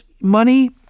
money